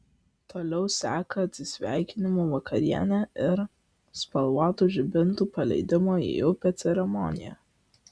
toliau seka atsisveikinimo vakarienė ir spalvotų žibintų paleidimo į upę ceremonija